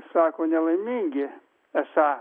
sako nelaimingi esą